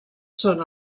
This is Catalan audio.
són